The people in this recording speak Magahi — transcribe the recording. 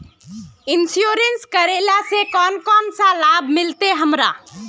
इंश्योरेंस करेला से कोन कोन सा लाभ मिलते हमरा?